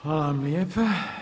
Hvala lijepa.